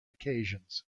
occasions